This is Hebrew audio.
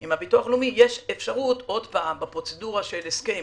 עם הביטוח הלאומי יש אפשרות בפרוצדורה של הסכם,